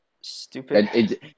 stupid